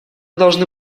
должны